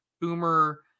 boomer